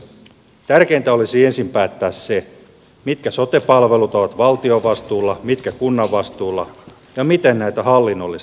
tärkeintä olisi ensin päättää se mitkä sote palvelut ovat valtion vastuulla mitkä kunnan vastuulla ja miten näitä hallinnollisesti järjestetään